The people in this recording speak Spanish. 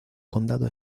condado